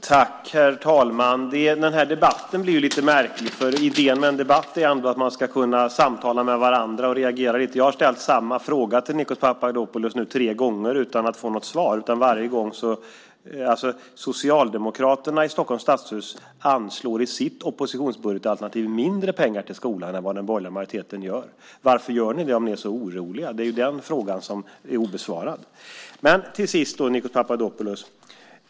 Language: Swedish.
Herr talman! Den här debatten blir lite märklig. Idén med en debatt är ändå att man ska kunna samtala med varandra och reagera lite. Jag har nu ställt samma fråga till Nikos Papadopoulos tre gånger utan att få något svar. Socialdemokraterna i Stockholms stadshus anslår i sitt oppositionsbudgetalternativ mindre pengar till skolan än vad den borgerliga majoriteten gör. Varför gör ni det om ni är så oroliga? Det är den frågan som är obesvarad. Nikos Papadopoulos!